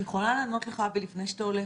אבי, אני רוצה לענות לך לפני שאתה הולך.